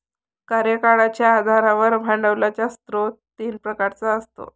कार्यकाळाच्या आधारावर भांडवलाचा स्रोत तीन प्रकारचा असतो